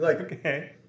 okay